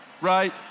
right